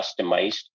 customized